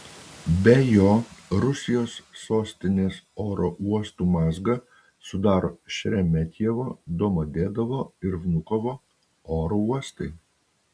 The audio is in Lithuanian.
be jo rusijos sostinės oro uostų mazgą sudaro šeremetjevo domodedovo ir vnukovo oro uostai